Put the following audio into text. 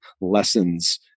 lessons